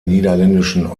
niederländischen